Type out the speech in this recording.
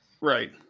Right